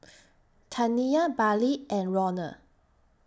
Taniyah Bailee and Ronald